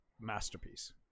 masterpiece